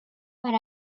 but